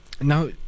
Now